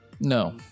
No